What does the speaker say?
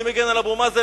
אני מגן על אבו מאזן,